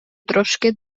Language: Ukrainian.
трошки